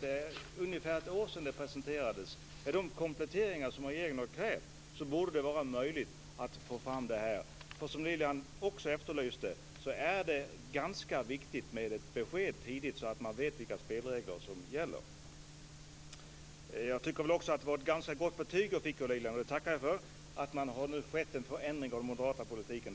är ungefär ett år sedan det här förslaget presenterades, och med de kompletteringar som regeringen har krävt borde det vara möjligt att få fram det här. För precis som Lilian sade är det viktigt med ett besked tidigt, så att man vet vilka spelregler som gäller. Jag tycker också att det var ett ganska gott betyg jag fick av Lilian, vilket jag tackar för, när hon sade att det har skett en förändring av den moderata politiken.